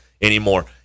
anymore